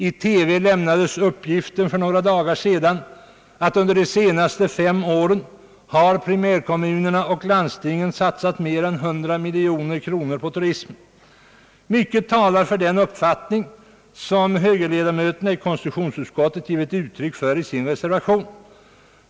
I TV lämnades för några dagar sedan uppgiften att primärkommunerna och landstingen under de senaste fem åren satsat mer än 100 miljoner kronor på turismen. Mycket talar för den uppfattning som högerledamöterna i konstitutionsutskottet givit uttryck för i sin reservation.